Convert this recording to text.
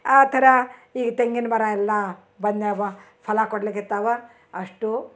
ಆ ಥರ ಈ ತೆಂಗಿನ ಮರ ಎಲ್ಲಾ ಬಂದಾವ ಫಲ ಕೊಡ್ಲಿಕ್ಕೆ ಹತ್ತಾವ ಅಷ್ಟು